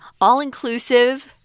all-inclusive